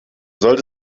sollte